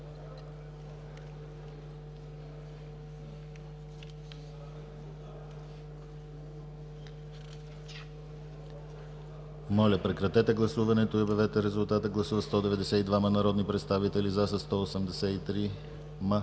Моля, прекратете гласуването и обявете резултат. Гласували 209 народни представители: за 135,